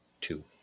Two